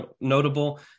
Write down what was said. notable